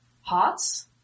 hearts